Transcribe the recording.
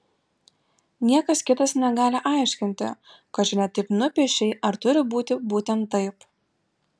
niekas kitas negali aiškinti kad čia ne taip nupiešei ar turi būti būtent taip